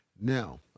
Now